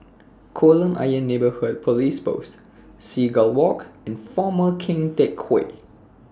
Kolam Ayer Neighbourhood Police Post Seagull Walk and Former Keng Teck Whay